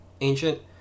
Ancient